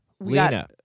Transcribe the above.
Lena